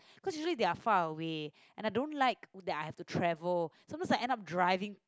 cause usually they are far away and I don't like that I have to travel sometimes I end up driving